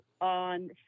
on